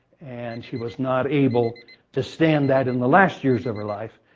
and she was not able to stand that in the last years of her life.